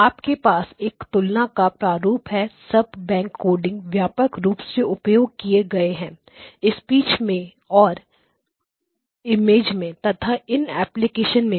आपके पास एक तुलना का प्रारूप है सब बैंक कोडिंग व्यापक रूप से उपयोग किए गए हैं स्पीच में और में तथा इन एप्लीकेशन में भी